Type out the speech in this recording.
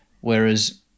whereas